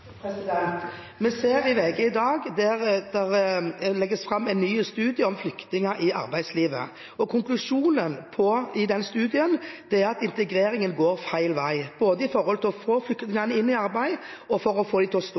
Vi ser i VG i dag at det legges fram en ny studie om flyktninger i arbeidslivet. Konklusjonen i studien er at integreringen går feil vei både når det gjelder å få flyktningene i arbeid, og når det gjelder å få dem til å